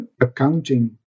accounting